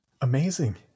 amazing